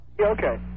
okay